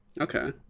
okay